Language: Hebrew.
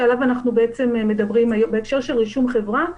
שעליו בעצם אנחנו מדברים בהקשר של רישום חברה.